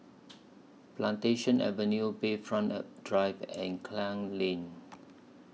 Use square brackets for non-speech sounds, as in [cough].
Plantation Avenue Bayfront [noise] Drive and Klang Lane